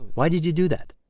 why did you do that?